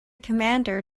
commander